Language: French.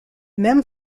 même